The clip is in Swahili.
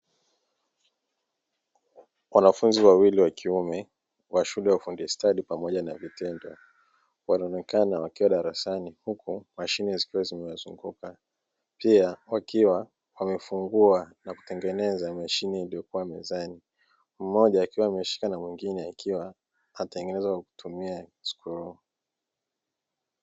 Wanafunzi wawili wa kiume wa shule ya ufundi stadi pamoja na vitendo wanaonekana wakiwa darasani. huku mashine zikiwa zimewazunguka pia; wakiwa wamefungua na kutengeneza mashine iliyokuwa mezani mmoja, akiwa ameshika na mwengie akiwa anatengeneza kwa kutumia skruu.